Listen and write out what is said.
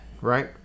right